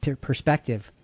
perspective